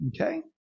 Okay